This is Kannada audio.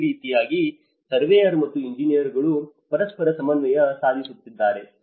ಈ ರೀತಿಯಾಗಿ ಸರ್ವೇಯರ್ ಮತ್ತು ಎಂಜಿನಿಯರ್ಗಳು ಪರಸ್ಪರ ಸಮನ್ವಯ ಸಾಧಿಸಲಿದ್ದಾರೆ